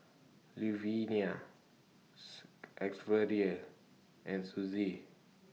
Luvenia and Sussie